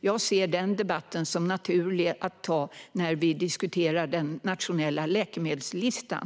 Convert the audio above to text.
Jag ser den debatten som naturlig att ta när vi diskuterar den nationella läkemedelslistan.